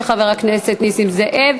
של חבר הכנסת נסים זאב.